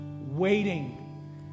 waiting